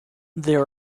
there